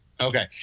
Okay